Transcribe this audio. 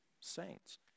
saints